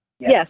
Yes